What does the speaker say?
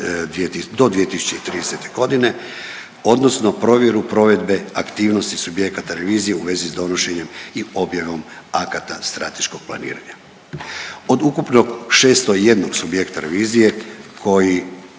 do 2030. godine, odnosno provjeru provedbe aktivnosti subjekata revizije u vezi s donošenjem i objavom akata strateškog planiranja. Od ukupno 601 subjekta revizije koji